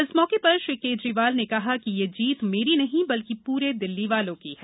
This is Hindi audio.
इस मौके पर केजरीवाल ने कहा कि ये जीत मेरी नहीं बल्कि पूरे दिल्ली वालों की है